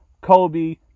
Kobe